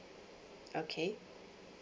okay